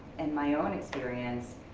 and my own experience,